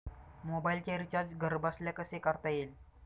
मोबाइलचे रिचार्ज घरबसल्या कसे करता येईल?